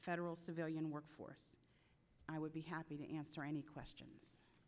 federal civilian workforce i would be happy to answer any question